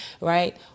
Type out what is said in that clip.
right